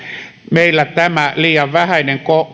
meillä tämä liian vähäinen